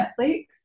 Netflix